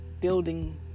building